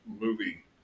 movie